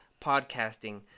podcasting